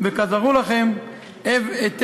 וכזכור לכם היטב,